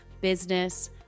business